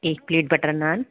एक plate butter नान